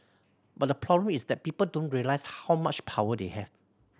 but the problem is that people don't realise how much power they have